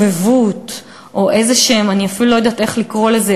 שובבות או אני אפילו לא יודעת איך לקרוא לזה,